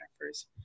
first